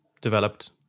developed